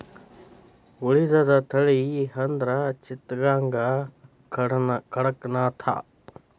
ಉಳಿದದ ತಳಿ ಅಂದ್ರ ಚಿತ್ತಗಾಂಗ, ಕಡಕನಾಥ